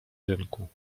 rynku